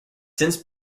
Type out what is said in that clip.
since